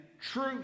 truth